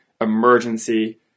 emergency